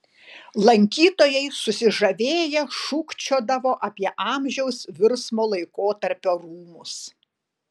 lankytojai susižavėję šūkčiodavo apie amžiaus virsmo laikotarpio rūmus